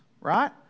right